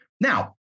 Now